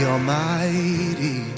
Almighty